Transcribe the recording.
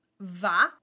va